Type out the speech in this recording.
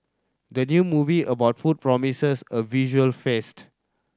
the new movie about food promises a visual feast